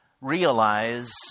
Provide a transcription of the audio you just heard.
realize